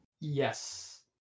Yes